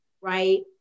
right